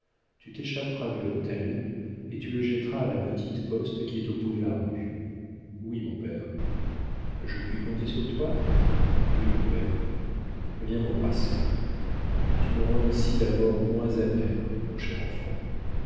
tu t'échapperas de l'hôtel et tu le jetteras à la petite poste qui est au bout de la rue oui mon père je puis compter sur toi oui mon père viens m'embrasser tu me rends ainsi la mort moins amère mon cher enfant